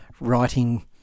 writing